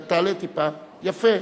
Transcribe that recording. תעלה טיפה, יפה.